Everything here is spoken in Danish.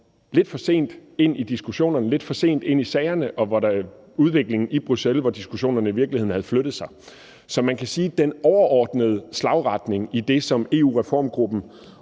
lidt for sent ind i diskussionerne, lidt for sent ind i sagerne og udviklingen i Bruxelles, og hvor diskussionerne i virkeligheden havde flyttet sig. Så man kan sige, at den overordnede retning i den rapport, som EU-reformgruppen